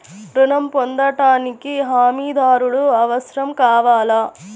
ఋణం పొందటానికి హమీదారుడు అవసరం కావాలా?